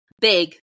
big